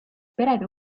perede